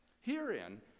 Herein